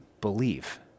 believe